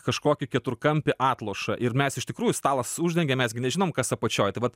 kažkokį keturkampį atlošą ir mes iš tikrųjų stalas uždengia mes gi nežinom kas apačioj tai vat